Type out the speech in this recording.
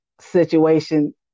situation